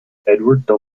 edward